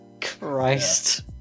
Christ